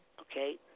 Okay